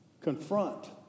confront